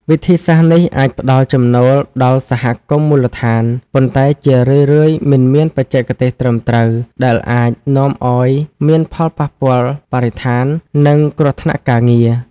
វិធីសាស្ត្រនេះអាចផ្ដល់ចំណូលដល់សហគមន៍មូលដ្ឋាន ប៉ុន្តែជារឿយៗមិនមានបច្ចេកទេសត្រឹមត្រូវ ដែលអាចនាំឲ្យមានផលប៉ះពាល់បរិស្ថាន និងគ្រោះថ្នាក់ការងារ។